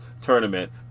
tournament